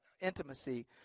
intimacy